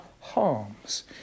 harms